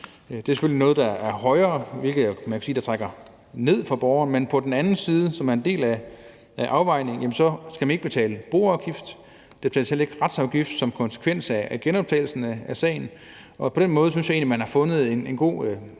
Det er selvfølgelig et højere beløb, hvilket trækker ned for borgerne, men på den anden side, og det har været en del af afvejningen, skal man ikke betale boafgift, og der betales heller ikke retsafgift som en konsekvens af genoptagelsen af sagen. Og på den måde synes jeg egentlig, man har fundet en god